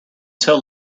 tell